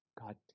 God